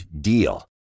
DEAL